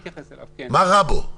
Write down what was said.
מה רע בו?